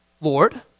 Lord